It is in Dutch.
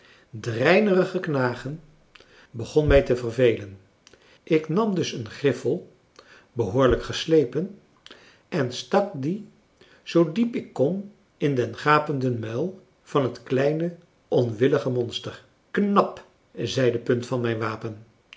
dreinerige knagen begon mij te vervelen ik nam dus een griffel behoorlijk geslepen en stak die zoo diep ik kon in den gapenden muil van het kleine onwillige monster knap zei de punt van mijn wapen